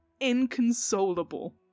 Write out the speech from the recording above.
Inconsolable